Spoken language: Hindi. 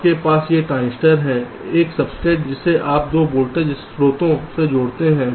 आपके पास ये ट्रांजिस्टर हैं यह सब्सट्रेट जिसे आप दो वोल्टेज स्रोतों से जोड़ते हैं